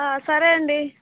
సరే అండి